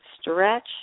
Stretch